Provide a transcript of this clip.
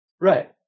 Right